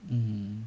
mm